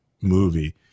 movie